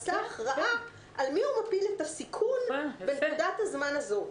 עשה הכרעה על מי הוא מפיל את הסיכון בנקודת הזמן הזאת.